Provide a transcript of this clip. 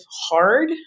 hard